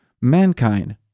mankind